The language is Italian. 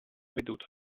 veduto